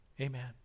Amen